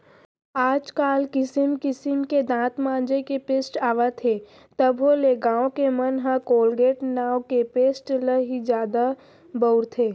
आज काल किसिम किसिम के दांत मांजे के पेस्ट आवत हे तभो ले गॉंव के मन ह कोलगेट नांव के पेस्ट ल ही जादा बउरथे